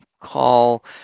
call